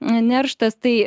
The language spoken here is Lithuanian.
nerštas tai